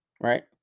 Right